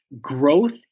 growth